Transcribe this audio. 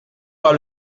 pas